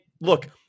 look